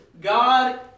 God